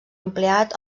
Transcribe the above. empleat